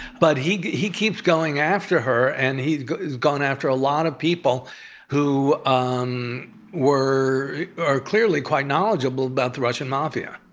but he he keeps going after her, and he's gone after a lot of people who um were clearly quite knowledgeable about the russian mafia.